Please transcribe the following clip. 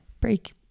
break